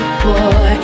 boy